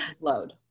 load